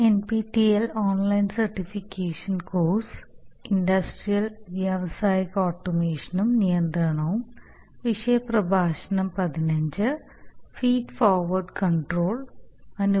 keyword controller feedback നിയന്ത്രണം feed forward control law